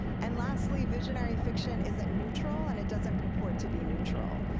and lastly visionary fiction isn't neutral and it doesn't pro port to be neutral.